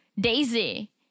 Daisy